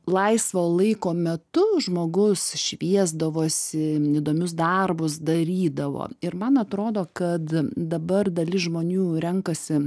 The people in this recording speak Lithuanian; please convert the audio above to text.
laisvo laiko metu žmogus šviesdavosi įdomius darbus darydavo ir man atrodo kad dabar dalis žmonių renkasi